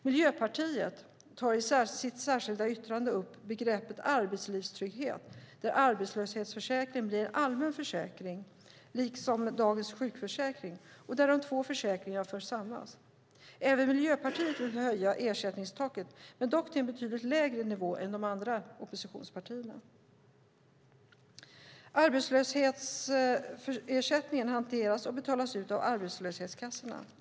Miljöpartiet tar i sitt särskilda yttrande upp begreppet arbetslivstrygghet där arbetslöshetsförsäkringen blir en allmän försäkring, liksom dagens sjukförsäkring, och där de två försäkringarna förs samman. Även Miljöpartiet vill höja ersättningstaket, dock till en betydligt lägre nivå än de andra oppositionspartierna. Arbetslöshetsersättningen hanteras och betalas ut av arbetslöshetskassorna.